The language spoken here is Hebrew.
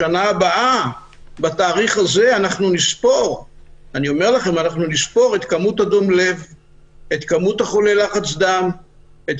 בשנה הבאה בתאריך הזה אנחנו נספור את כמות אנשים שלקו בדום לב,